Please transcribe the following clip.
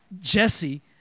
Jesse